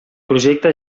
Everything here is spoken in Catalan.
projecte